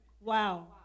Wow